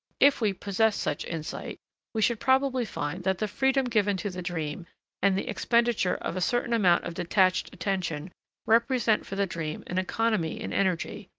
if we possessed such insight we should probably find that the freedom given to the dream and the expenditure of a certain amount of detached attention represent for the dream an economy in energy,